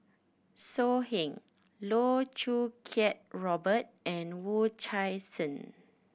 So Heng Loh Choo Kiat Robert and Wu Tsai Sen